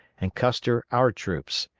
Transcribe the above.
and custer our troops.